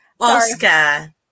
Oscar